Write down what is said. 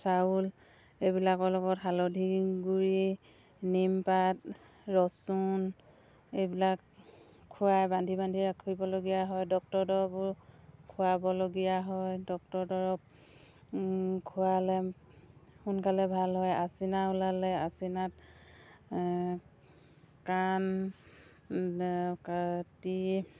চাউল এইবিলাকৰ লগত হালধি গুড়ি নিমপাত ৰচুন এইবিলাক খোৱাই বান্ধি বান্ধি ৰাখিবলগীয়া হয় ডক্টৰ দৰৱবোৰ খোৱাবলগীয়া হয় ডক্টৰ দৰৱ খোৱালে সোনকালে ভাল হয় আচিনা ওলালে আচিনাত কাণ ক তি